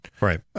Right